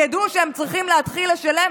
ידעו שהם צריכים להתחיל לשלם,